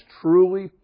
truly